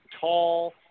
tall